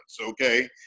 okay